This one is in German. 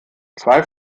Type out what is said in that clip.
zwei